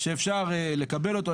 שאפשר לקבל אותו,